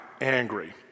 angry